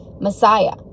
messiah